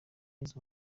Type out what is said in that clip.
izo